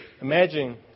Imagine